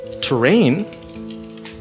terrain